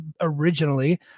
originally